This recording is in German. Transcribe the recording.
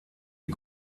die